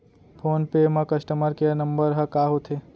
Phone पे म customer care number ह का होथे?